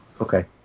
okay